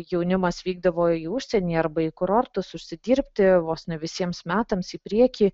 jaunimas vykdavo į užsienį arba į kurortus užsidirbti vos ne visiems metams į priekį